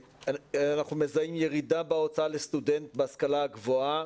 אנחנו מזהים ירידה בהוצאה לסטודנט בהשכלה הגבוהה